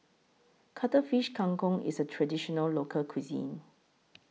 Cuttlefish Kang Kong IS A Traditional Local Cuisine